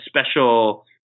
special